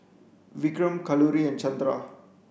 Vikram Kalluri and Chandra